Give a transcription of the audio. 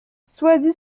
soisy